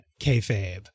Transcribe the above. kayfabe